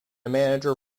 manager